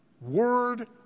Word